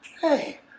hey